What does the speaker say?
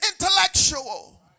intellectual